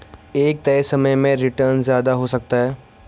एक तय समय में रीटर्न ज्यादा हो सकता है